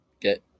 get